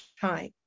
time